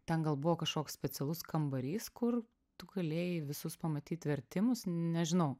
ten gal buvo kažkoks specialus kambarys kur tu galėjai visus pamatyt vertimus nežinau